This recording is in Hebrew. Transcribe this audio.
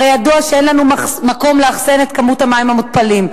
הרי ידוע שאין לנו מקום לאחסן את כמות המים המותפלים.